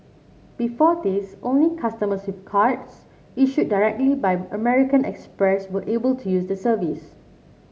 before this only customers with cards issued directly by American Express were able to use the service